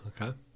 okay